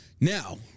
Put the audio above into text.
Now